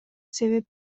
себеп